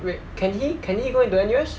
wait can he can he go into N_U_S